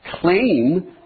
claim